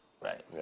Right